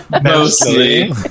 Mostly